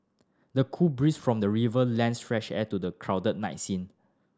the cool breeze from the river lends fresh air to the crowded night scene